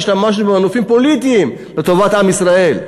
השתמשנו במנופים פוליטיים לטובת עם ישראל,